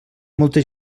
molta